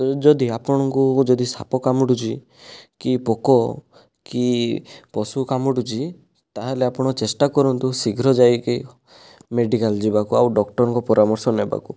ତ ଯଦି ଆପଣଙ୍କୁ ଯଦି ସାପ କାମୁଡ଼ୁଛି କି ପୋକ କି ପଶୁ କାମୁଡ଼ୁଛି ତା'ହେଲେ ଆପଣ ଚେଷ୍ଟା କରନ୍ତୁ ଶୀଘ୍ର ଯାଇକି ମେଡ଼ିକାଲ ଯିବାକୁ ଆଉ ଡକ୍ଟରଙ୍କ ପରାମର୍ଶ ନେବାକୁ